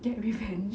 get revenge